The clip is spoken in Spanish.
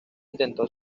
intentó